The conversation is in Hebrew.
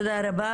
תודה רבה.